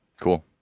Cool